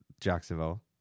Jacksonville